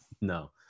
No